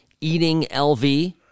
EatingLV